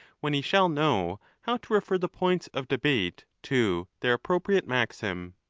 when he shall know how to refer the points of debate to their appropriate maxim.